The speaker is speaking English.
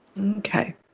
Okay